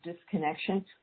disconnection